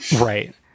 right